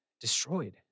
destroyed